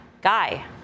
Guy